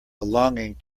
belonging